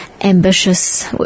ambitious